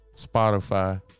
spotify